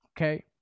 Okay